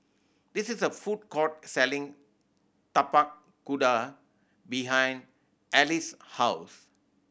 this is a food court selling Tapak Kuda behind Alys' house